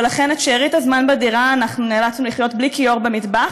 ולכן את שארית הזמן בדירה נאלצנו לחיות בלי כיור במטבח